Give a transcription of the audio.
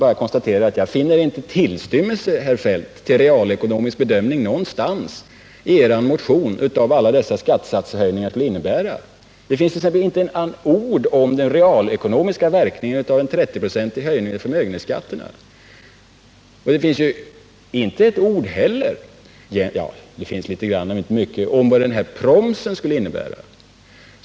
Jag konstaterar bara, herr Feldt, att jag inte i era motioner finner någon tillstymmelse till en realekonomisk bedömning av vad alla dessa skattesatshöjningar skulle innebära. Det finns inte ett ord om de reala verkningarna av en 30-procentig höjning av förmögenhetsskatterna, och det finns heller inte ett ord — ja, det finns något men inte mycket — om vad ”promsen” skulle innebära.